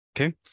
Okay